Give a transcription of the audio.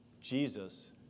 Jesus